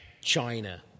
China